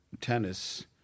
tennis